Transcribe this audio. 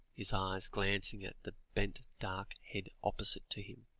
his eyes glancing at the bent dark head opposite to him,